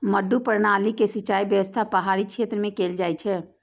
मड्डू प्रणाली के सिंचाइ व्यवस्था पहाड़ी क्षेत्र मे कैल जाइ छै